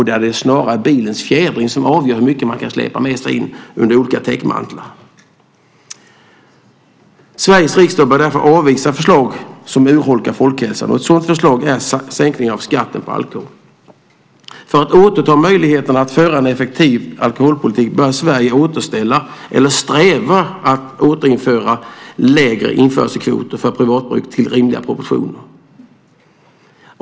Det är snarare bilens fjädring som avgör hur mycket man kan släpa med sig in i landet under olika täckmantlar. Sveriges riksdag bör därför avvisa förslag som urholkar folkhälsan. Ett sådant förslag är det om en sänkning av skatten på alkohol. För att återta möjligheterna att föra en effektiv alkoholpolitik bör Sverige återställa införselkvoterna för privat bruk till rimliga proportioner eller sträva efter att återinföra lägre införselkvoter.